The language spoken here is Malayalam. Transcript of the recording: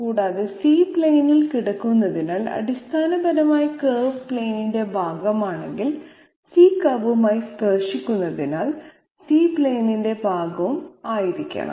കൂടാതെ c പ്ലെയിനിൽ കിടക്കുന്നതിനാൽ അടിസ്ഥാനപരമായി കർവ് പ്ലെയിനിന്റെ ഭാഗമാണെങ്കിൽ c കർവുമായി സ്പർശിക്കുന്നതിനാൽ c പ്ലെയിനിന്റെ ഭാഗവും ആയിരിക്കണം